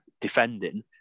defending